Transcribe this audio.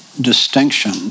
distinction